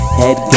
head